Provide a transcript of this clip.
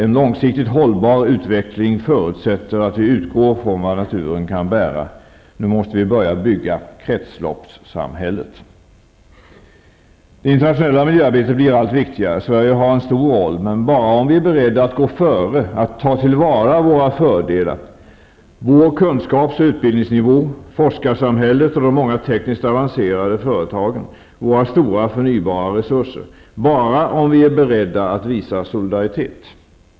En långsiktigt hållbar utveckling förutsätter att vi utgår från vad naturen kan bära. Nu måste vi börja bygga kretsloppssamhället. Det internationella miljöarbetet blir allt viktigare. Sverige har en stor roll. Men det gäller bara om vi är beredda att gå före -- att ta till vara våra fördelar, vår kunskaps och utbildningsnivå, forskarsamhället, de många tekniskt avancerade företagen och våra stora förnybara resurser -- och bara om vi är beredda att visa solidaritet.